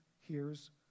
hears